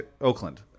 Oakland